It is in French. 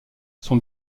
son